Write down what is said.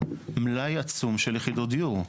מלאי עצום של יחידות דיור.